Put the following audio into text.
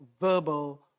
verbal